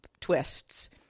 twists